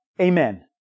Amen